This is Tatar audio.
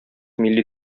милли